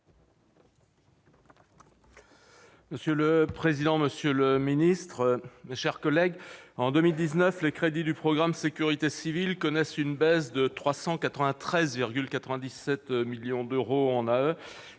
Monsieur le président, monsieur le secrétaire d'État, mes chers collègues, en 2019, les crédits du programme « Sécurité civile » connaissent une baisse de 393,97 millions d'euros en